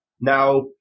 Now